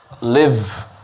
live